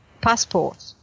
passport